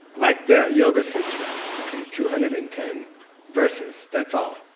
like the yoga sutra, okay, two hundred and ten verses that's all.